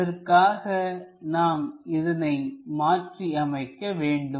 அதற்காக நாம் இதனை மாற்றியமைக்க வேண்டும்